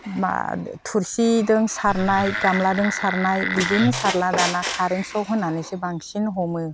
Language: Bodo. मा थोरसिजों सारनाय गामलाजों सारनाय बिदिनो सारला दाना खारेन्ट सक होनासो बांसिन हमो